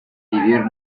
vivir